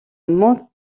montréal